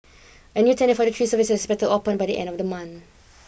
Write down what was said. a new tender for the three services is expected to open by the end of the month